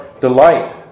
delight